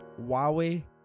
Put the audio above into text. Huawei